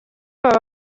baba